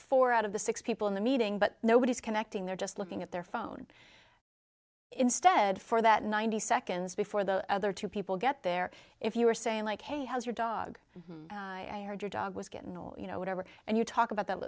four out of the six people in the meeting but nobody's connecting they're just looking at their phone instead for that ninety seconds before the other two people get there if you were saying like hey how's your dog i heard your dog was getting you know whatever and you talk about that